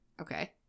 Okay